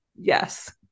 Yes